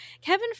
Kevin